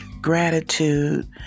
gratitude